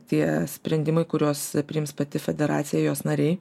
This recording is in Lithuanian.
tie sprendimai kuriuos priims pati federacija jos nariai